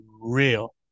real